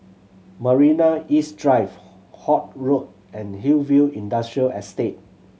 Marina East Drive Holt Road and Hillview Industrial Estate